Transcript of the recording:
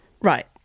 Right